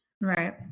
Right